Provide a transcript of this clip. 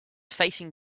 facing